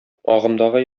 агымдагы